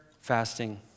fasting